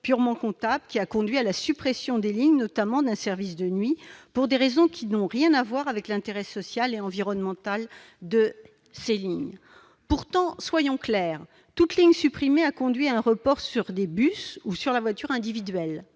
purement comptable ayant conduit à des suppressions de ligne, notamment dans le service de nuit, pour des raisons qui n'ont rien à voir avec l'intérêt social et environnemental de ces lignes. Pourtant, parlons clair : toute ligne supprimée a entraîné un report sur des bus ou sur la voiture individuelle.